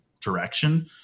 direction